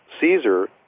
Caesar